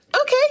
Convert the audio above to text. okay